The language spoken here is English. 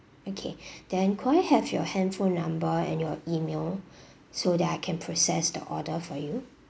okay then could I have your handphone number and your email so that I can process the order for you